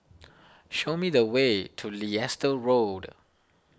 show me the way to Leicester Road